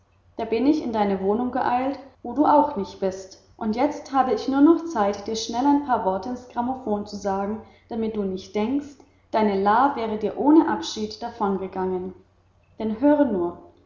da bin ich in deine wohnung geeilt wo du auch nicht bist und jetzt habe ich nur noch zeit dir schnell ein paar worte ins grammophon zu sagen damit du nicht denkst deine la wäre dir ohne abschied davongegangen denn höre nur